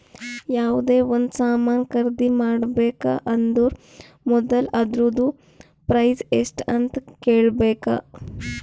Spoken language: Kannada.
ಯಾವ್ದೇ ಒಂದ್ ಸಾಮಾನ್ ಖರ್ದಿ ಮಾಡ್ಬೇಕ ಅಂದುರ್ ಮೊದುಲ ಅದೂರ್ದು ಪ್ರೈಸ್ ಎಸ್ಟ್ ಅಂತ್ ಕೇಳಬೇಕ